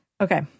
Okay